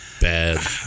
Bad